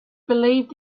believed